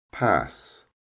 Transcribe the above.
Pass